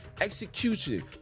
execution